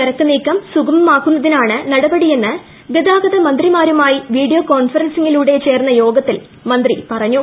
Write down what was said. ചരക്ക് നീക്കം സുഗമമാക്കുന്നതിനാണ് നടപടിയെന്ന് ഗതാഗത മന്ത്രിമാരുമായി വീഡിയോ കോൺഫറൻസിംഗിലൂടെ ചേർന്ന യോഗത്തിൽ മന്ത്രി പറഞ്ഞു